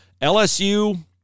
LSU